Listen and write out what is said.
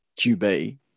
QB